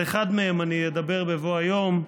על אחד מהם אני אדבר בבוא היום,